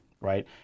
right